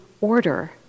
order